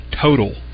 total